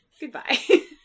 Goodbye